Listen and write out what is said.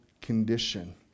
condition